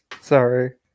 Sorry